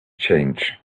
change